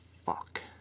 fuck